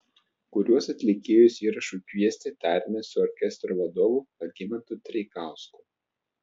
kuriuos atlikėjus įrašui kviesti tarėmės su orkestro vadovu algimantu treikausku